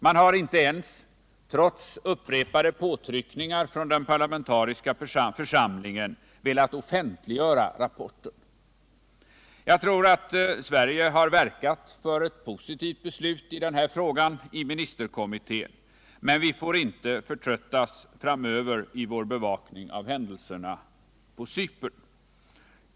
Man har inte ens — trots upprepade påtryckningar från den parlamentariska församlingen — velat offentliggöra rapporten. Jag tror att Sverige har verkat för ett positivt beslut i denna fråga i ministerkommittén, men vi får inte förtröttas i vår bevakning framöver av händelserna på Cypern.